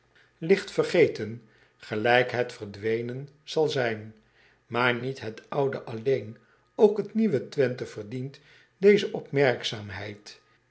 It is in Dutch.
vergeten gelijk het verdwenen zal zijn aar niet het oude alleen ook het n i e u w e wenthe verdient onze